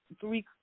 three